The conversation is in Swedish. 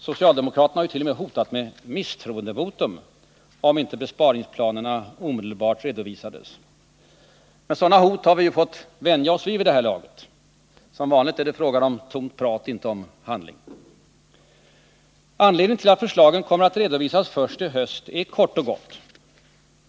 Socialdemokraterna har ju t.o.m. hotat med misstroendevotum, om inte besparingsplanerna omedelbart redovisas. Men sådana hot har vi vid det här laget fått vänja oss vid. Och som vanligt är det fråga om tomt prat. inte om handling.